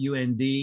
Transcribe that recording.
UND